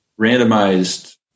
randomized